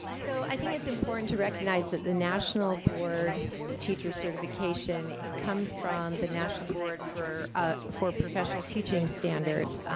so i think it's important to recognize that the national board teachers certification comes from the national board for ah for professional teaching standards.